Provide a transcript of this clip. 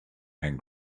and